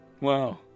Wow